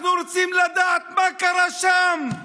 אנחנו רוצים לדעת מה קרה שם.